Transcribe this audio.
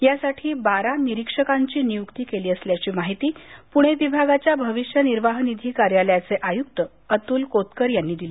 यासाठी बारा निरीक्षकांची नियुक्ती केली असल्याची माहिती पुणे विभागाच्या भविष्य निर्वाह निधी कार्यालयाचे आयुक्त अतुल कोतकर यांनी दिली